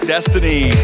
Destiny